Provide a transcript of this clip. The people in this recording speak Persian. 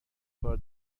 کار